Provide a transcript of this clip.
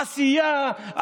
עשייה,